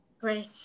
Great